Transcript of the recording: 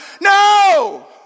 No